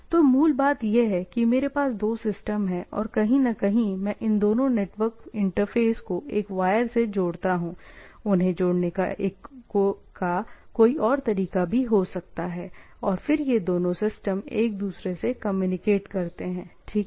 तो मूल बात यह है कि मेरे पास दो सिस्टम हैं और कहीं न कहीं मैं इन दोनों नेटवर्क इंटरफेस को एक वायर से जोड़ता हूं उन्हें जोड़ने का कोई और तरीका भी हो सकता है और फिर ये दोनों सिस्टम एक दूसरे से कम्युनिकेट करते हैं ठीक है